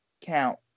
count